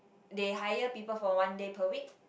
they hire people for one day per week